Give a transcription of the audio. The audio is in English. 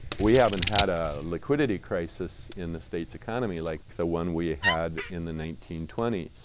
we haven't had a liquidity crisis in the state's economy like the one we had in the nineteen twenty s,